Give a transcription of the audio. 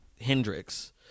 Hendrix